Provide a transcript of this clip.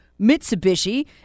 Mitsubishi